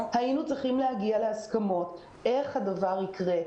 היינו צריכים להגיע להסכמות לגבי איך הדבר יקרה.